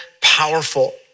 powerful